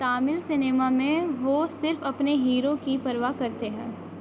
Tamil cinema میں وہ صرف اپنے ہیرو کی پرواہ کرتے ہیں